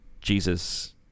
Jesus